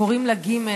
קוראים לה ג',